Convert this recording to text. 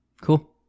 cool